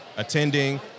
attending